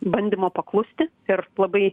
bandymo paklusti ir labai